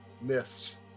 myths